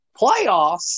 playoffs